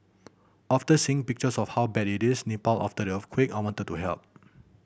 after seeing pictures of how bad it is Nepal after the earthquake I wanted to help